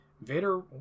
Vader